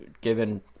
given